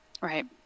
Right